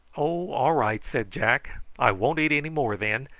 oh, all right! said jack. i won't eat any more, then.